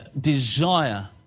desire